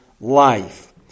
life